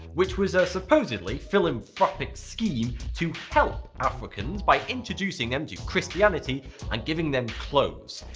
which was a supposedly philanthropic scheme to help africans by introducing them to christianity and giving them clothes.